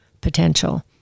potential